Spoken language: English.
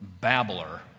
babbler